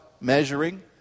measuring